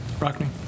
Rockney